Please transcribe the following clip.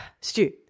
Stu